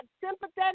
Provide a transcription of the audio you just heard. sympathetic